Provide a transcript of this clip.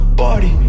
party